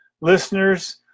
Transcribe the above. listeners